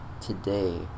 today